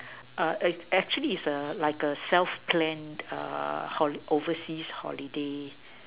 err actually it's a like a self planned err overseas holiday